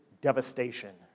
devastation